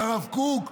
שהרב קוק הקים?